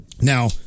Now